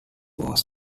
was